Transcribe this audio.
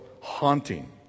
haunting